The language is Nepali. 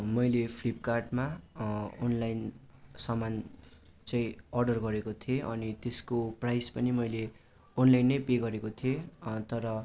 मैले फ्लिपकार्टमा अनलाइन सामान चाहिँ अर्डर गरेको थिएँ अनि त्यसको प्राइज पनि मैले ओनलाइनै पे गरेको थिएँ तर